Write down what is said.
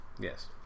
yes